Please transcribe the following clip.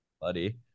buddy